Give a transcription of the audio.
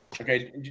okay